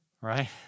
right